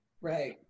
right